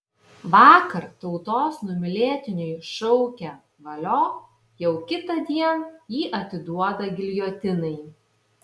vakar tautos numylėtiniui šaukę valio jau kitądien jį atiduoda giljotinai